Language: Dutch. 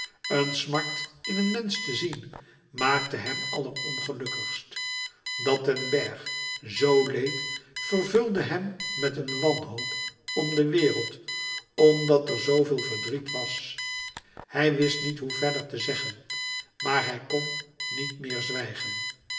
een smart in een mensch te zien maakte hem allerongelukkigst dat den bergh zoo leed vervulde hem met een wanhoop om de wereld omdat er zooveel verdriet was hij wist niet hoe verder te zeggen maar hij kon niet meer zwijgen